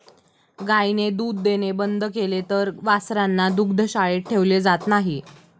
गायीने दूध देणे बंद केले तर वासरांना दुग्धशाळेत ठेवले जात नाही